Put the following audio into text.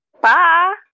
Bye